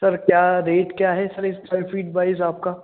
sir क्या rate क्या है सर स्क्वायर फिटवाइज आपका